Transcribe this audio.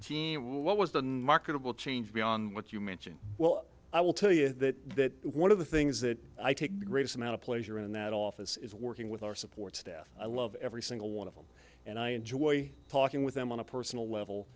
team what was the marketable change beyond what you mentioned well i will tell you that one of the things that i take the greatest amount of pleasure in that office is working with our support staff i love every single one of them and i enjoy talking with them on a personal level